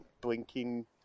blinking